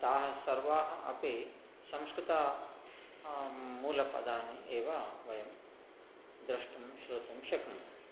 ताः सर्वाः अपि संस्कृत मूलपदानि एव वयं द्रष्टुं श्रोतुं शक्नुमः